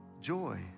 joy